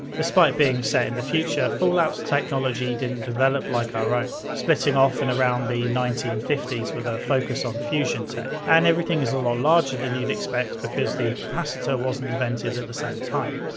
despite being set in the future, fallout's technology didn't develop like our own, splitting off in around the nineteen fifty s with a focus on fusion tech and everything is a lot larger than you'd expect because the capacitor wasn't invented at the same time.